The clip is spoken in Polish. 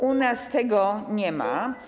U nas tego nie ma.